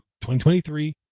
2023